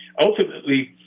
ultimately